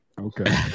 Okay